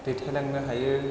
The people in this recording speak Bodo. दैथायलांनो हायो